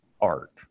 art